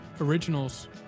originals